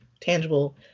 tangible